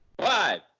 Five